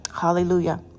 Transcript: Hallelujah